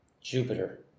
Jupiter